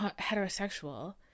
heterosexual